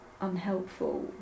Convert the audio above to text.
unhelpful